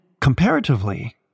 comparatively